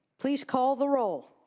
please call the roll.